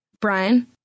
Brian